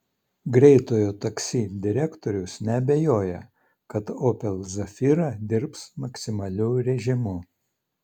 greitojo taksi direktorius neabejoja kad opel zafira dirbs maksimaliu režimu